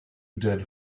dead